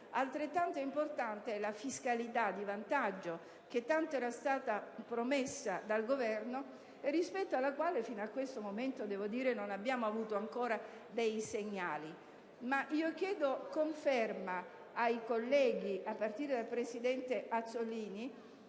Altrettanto importante è la fiscalità di vantaggio, che era stata promessa dal Governo ma rispetto alla quale, fino a questo momento, non abbiamo ancora avuto alcun segnale. Dunque, chiedo conferma ai colleghi, a partire dal presidente della